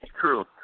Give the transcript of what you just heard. True